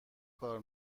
کار